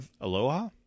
Aloha